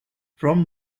from